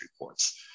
reports